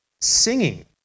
singing